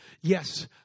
Yes